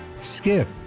Skip